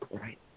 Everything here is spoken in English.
Right